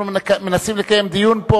אנחנו מנסים לקיים פה דיון.